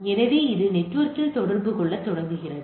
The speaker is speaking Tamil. எனவே இது நெட்வொர்க்கில் தொடர்பு கொள்ளத் தொடங்குகிறது